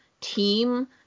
team